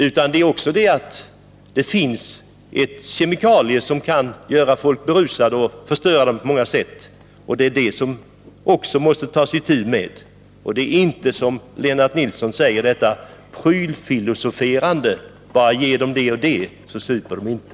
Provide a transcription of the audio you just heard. Vi måste också ta itu med de kemikalier som gör människor berusade och som förstör dem på många sätt. Det är inte, som Lennart Nilsson säger, så att man kan ägna sig åt ett sådant här prylfilosoferande och säga att bara man ger dem det och det så super de inte.